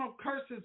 curses